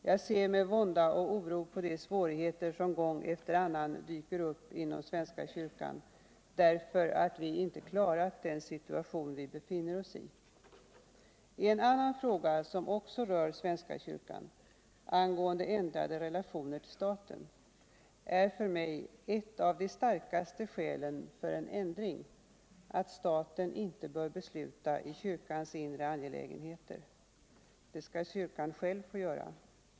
Jag ser med vånda och oro på de svårigheter som gång efter annan dyker upp inom svenska kyrkan därför att vi inte klarat den situation vi befinner oss 1. I en annan fråga, som också rör svenska kyrkan — angående ändrade relationer till staten — är för mig ett av de starkaste skälen för en ändring att staten inte bör besluta i kyrkans inre angelägenheter. Det skall kyrkan själv få göra.